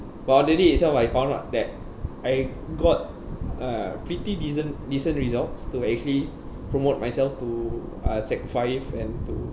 but on the day itself itself I found out that I got uh pretty decent decent results to actually promote myself to uh sec five and to